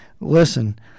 Listen